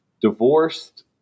divorced